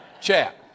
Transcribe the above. chap